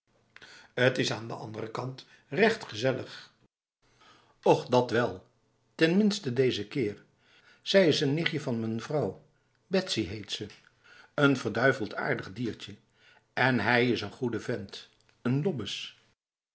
het is aan de andere kant recht gezellig och dat wel tenminste deze keer zij is n nichtje van m'n vrouw betsy heet ze n verduiveld aardig diertje en hij is n goeie vent n